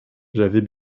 j’avais